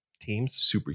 Teams